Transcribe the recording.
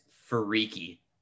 freaky